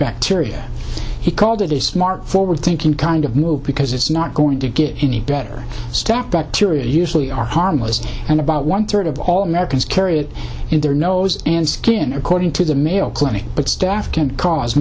bacteria he called it a smart forward thinking kind of move because it's not going to get any better staff bacteria usually are harmless and about one third of all americans carry it in their nose and skin according to the mayo clinic but staff can cause